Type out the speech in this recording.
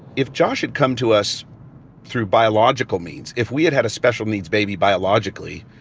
if josh had come to us through biological means, if we had had a special needs baby biologically,